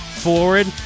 Forward